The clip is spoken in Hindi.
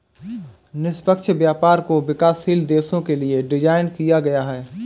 निष्पक्ष व्यापार को विकासशील देशों के लिये डिजाइन किया गया है